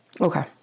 Okay